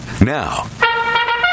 Now